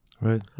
right